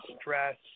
stress